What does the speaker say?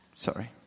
Sorry